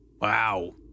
Wow